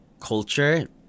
culture